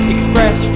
Express